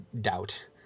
doubt